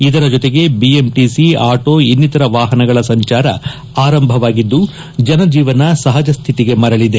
ಇದರ ಜೊತೆಗೆ BMTC auto ಇನ್ನಿತರೆ ವಾಹನಗಳ ಸಂಚಾರ ಆರಂಭವಾಗಿದ್ದು ಜನಜೀವನ ಸಹಜ ಸ್ಥಿತಿಗೆ ಮರಳಿದೆ